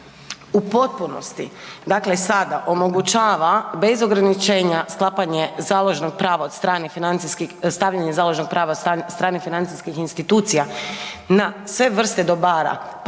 u potpunosti dakle sada omogućava bez ograničenja sklapanje založnog prava od stranih financijskih, stavljanje založnog